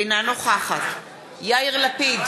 אינה נוכחת יאיר לפיד,